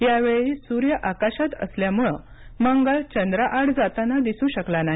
या वेळी सूर्य आकाशात असल्यामुळे मंगळ चंद्राआड जाताना दिसू शकला नाही